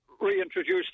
reintroduce